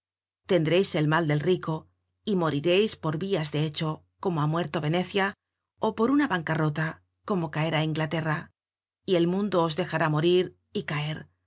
tendreis el mal del rico y morireis por vias de hecho como ha muerto venecia ó por una bancarrota como caerá inglaterra y el mundo os dejará morir y caer